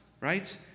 right